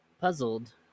Puzzled